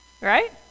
Right